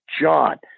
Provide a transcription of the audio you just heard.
John